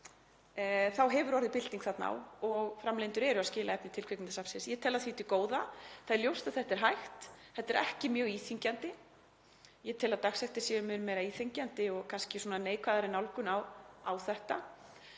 hefur orðið bylting þarna á og framleiðendur eru að skila efni til kvikmyndasafnsins. Ég tel það til góða. Það er ljóst að þetta er hægt og þetta er ekki mjög íþyngjandi. Ég tel að dagsektir séu mun meira íþyngjandi og kannski svona neikvæðri nálgun á þetta.